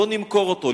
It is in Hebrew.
בואו נמכור אותו.